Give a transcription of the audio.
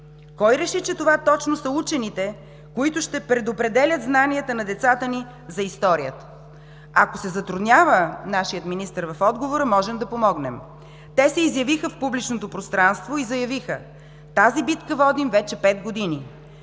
Кой реши, че това точно са учените, които ще предопределят знанията на децата ни за историята? Ако се затруднява нашият министър в отговора, можем да помогнем. Те се изявиха в публичното пространство и заявиха: „Тази битка водим вече пет години.